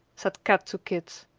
said kat to kit.